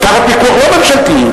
תחת פיקוח לא ממשלתי,